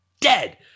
dead